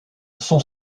sont